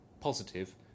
positive